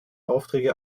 aufträge